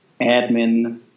admin